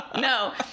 No